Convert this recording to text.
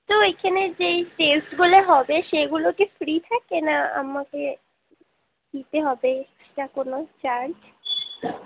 তো ওইখানে যেই টেস্টগুলো হবে সেগুলো টেস্টগুলো কি ফ্রি থাকে না আমাকে দিতে হবে এক্সট্রা কোনো চার্জ